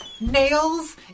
Nails